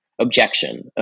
objection